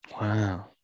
Wow